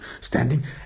standing